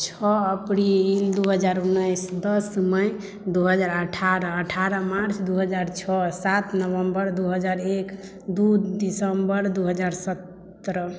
छओ अप्रिल दू हजार उन्नैस दस मई दू हजार अठारह अठारह मार्च दू हजार छओ सात नवम्बर दू हजार एक दू दिसम्बर दू हजार सत्रह